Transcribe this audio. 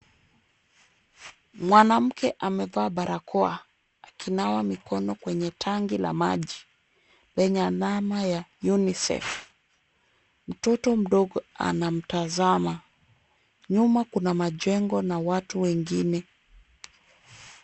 Mwanamke amevaa barakoa, akinawa mikono kwenye tangi la maji, lenye alama ya Unicef. Mtoto mdogo anamtazama. Nyuma kuna majengo na watu wengine.